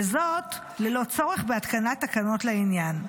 וזאת ללא צורך בהתקנת תקנות לעניין.